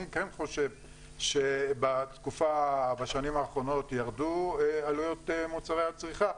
אני כן חושב שבשנים האחרונות ירדו עלויות מוצרי הצריכה.